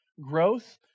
growth